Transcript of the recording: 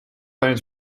eens